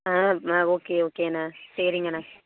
ஆ okay ஓகேண்ணா சரிங்கண்ண